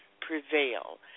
prevail